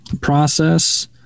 process